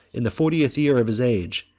in the fortieth year of his age,